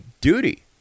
duty